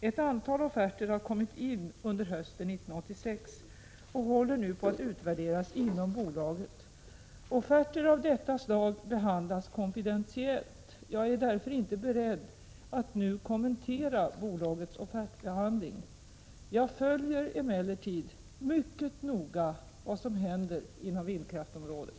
Ett antal offerter har kommit in under hösten 1986 och håller nu på att utvärderas inom bolaget. Offerter av detta slag behandlas konfidentiellt. Jag är därför inte beredd att nu kommentera bolagets offertbehandling. Jag följer emellertid mycket noga vad som händer inom vindkraftområdet.